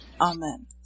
Amen